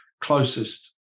closest